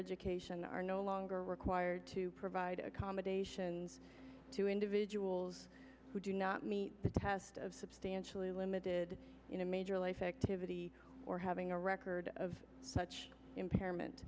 education are no longer required to provide accommodation to individuals who do not meet the test of substantially limited in a major life activity or having a record of such impairment